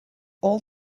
all